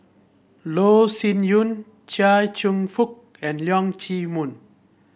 Loh Sin Yun Chia Cheong Fook and Leong Chee Mun